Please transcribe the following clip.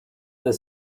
the